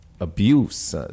abuse